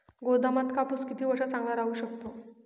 गोदामात कापूस किती वर्ष चांगला राहू शकतो?